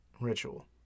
ritual